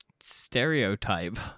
stereotype